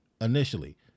initially